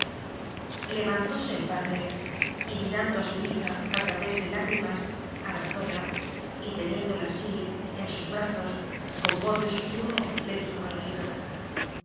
así levantóse el padre y mirando a su hija a través de lágrimas abrazóla y teniéndola así en sus brazos con voz de susurro le dijo al oído